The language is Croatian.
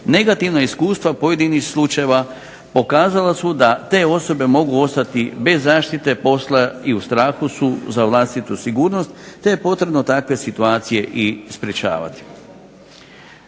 negativna iskustva pojedinih slučajeva pokazala su da te osobe mogu ostati bez zaštite posla i u strahu su za vlastitu sigurnost te je potrebno takve situacije i sprečavati.